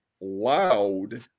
loud